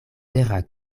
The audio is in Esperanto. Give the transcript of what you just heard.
vera